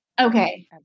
Okay